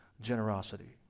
generosity